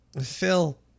Phil